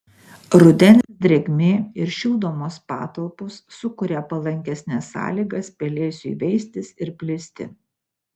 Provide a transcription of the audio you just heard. rudens drėgmė ir šildomos patalpos sukuria palankesnes sąlygas pelėsiui veistis ir plisti